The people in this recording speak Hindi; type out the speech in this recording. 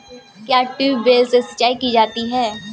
क्या ट्यूबवेल से सिंचाई की जाती है?